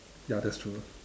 ya that's true